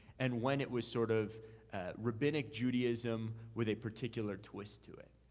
and when it was sort of rabbinic judaism with a particular twist to it.